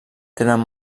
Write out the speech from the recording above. tenen